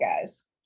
guys